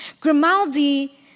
Grimaldi